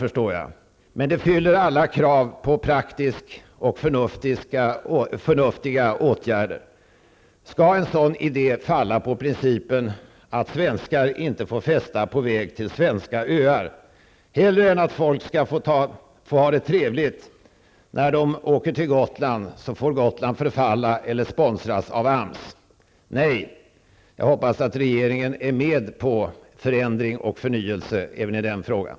Men en sådan åtgärd fyller alla krav på praktisk handling och förnuft. Skall en sådan idé falla på principen att svenskar ej får festa på väg till svenska öar? Hellre än att folk skall få ha det trevligt när de åker till Gotland får Gotland förfalla eller sponsras av AMS -- nej. Jag hoppas att regeringen är med på förändring och förnyelse även i den frågan.